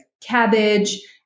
cabbage